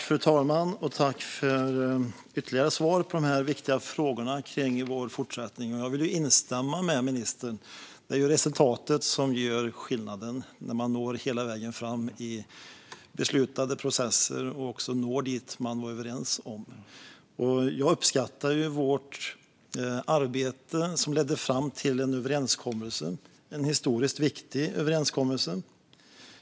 Fru talman! Tack för ytterligare svar på de viktiga frågorna kring vår fortsättning! Jag vill instämma med ministern. Det är resultatet som gör skillnaden, när man når hela vägen fram i beslutade processer och når dit man var överens om. Jag uppskattar vårt arbete som ledde fram till en överenskommelse - en historiskt viktig överenskommelse.